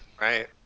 Right